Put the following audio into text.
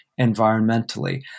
environmentally